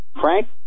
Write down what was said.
Frank